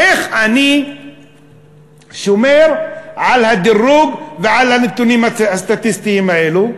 איך אני שומר על הדירוג ועל הנתונים הסטטיסטיים האלה,